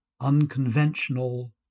unconventional